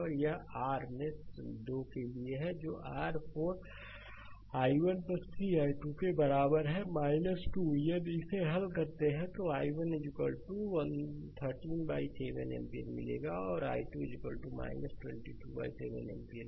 और यह r मेष 2 के लिए है जो कि r 4 i1 3 i2 के बराबर है 2 यदि इसे हल करते हैं तो i1 137 एम्पीयर मिलेगा और i2 227 एम्पीयर